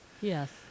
Yes